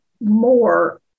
more